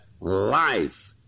life